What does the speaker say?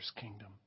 kingdom